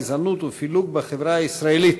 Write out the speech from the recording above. לגזענות ולפילוג בחברה הישראלית.